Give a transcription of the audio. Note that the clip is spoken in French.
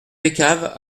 descaves